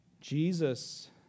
Jesus